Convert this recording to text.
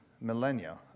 millennia